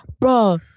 bro